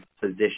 position